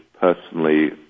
personally